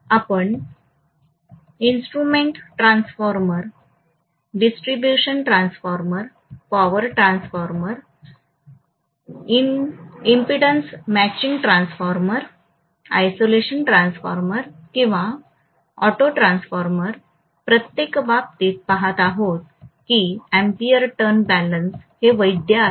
आपण instrument transformer distribution transformer power transformer impedance matching transformer isolation transformer किंवा auto transformer प्रत्येक बाबतीत पहात आहोत की अँपिअर टर्न बॅलन्स हे वैध आहे